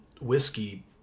whiskey